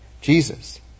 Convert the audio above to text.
Jesus